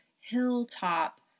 hilltop